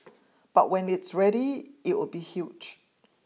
but when it's ready it'll be huge